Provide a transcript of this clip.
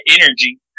energy